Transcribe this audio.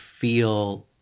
feel